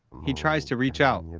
he tries to reach out.